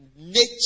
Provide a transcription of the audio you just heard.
nature